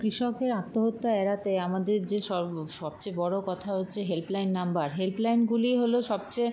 কৃষকদের আত্মহত্যা এড়াতে আমাদের যে সব সবচেয়ে বড় কথা হচ্ছে হেল্পলাইন নাম্বার হেল্পলাইনগুলি হলো সবচেয়ে